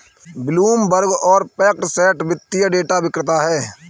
Bloomberg और FactSet वित्तीय data विक्रेता हैं